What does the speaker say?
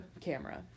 camera